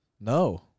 no